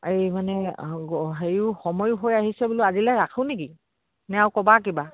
এই মানে হেৰিও সময় হৈ আহিছে বোলো আজিলে ৰাখোঁ নেকি নে আৰু ক'বা কিবা